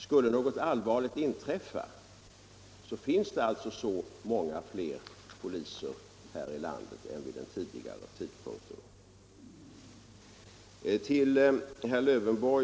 Om något allvarligt skulle inträffa finns det sålunda så många fler poliser här i landet än vid den tidigare tidpunkten.